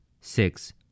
Six